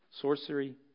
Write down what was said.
sorcery